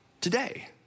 today